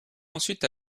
ensuite